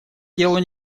делу